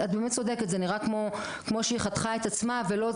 את באמת צודקת זה נראה כמו שהיא חתכה את עצמה אבל.